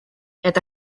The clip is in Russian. это